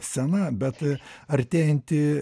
sena bet artėjanti